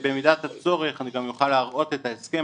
שבמידת הצורך אני גם אוכל להראות את ההסכם